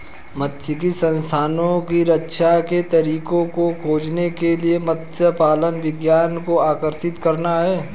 मात्स्यिकी संसाधनों की रक्षा के तरीकों को खोजने के लिए मत्स्य पालन विज्ञान को आकर्षित करता है